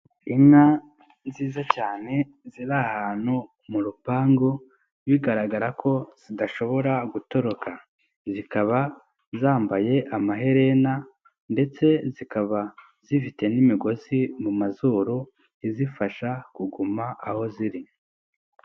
Inka nziza cyane, ziri ahantu mu rupangu, bigaragara ko zidashobora gutoroka, zikaba zambaye amaherena ndetse zikaba zifite n'imigozi mu mazuru, izifasha kuguma aho ziri.